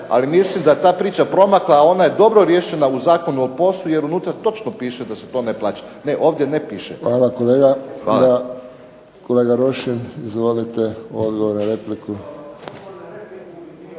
ali mislim da je ta priča promakla. Ona je dobro riješena u Zakonu o POS-u jer unutra točno piše da se to ne plaća. Ne, ovdje ne piše. **Friščić, Josip (HSS)** Hvala kolega. Kolega Rošin odgovor na repliku.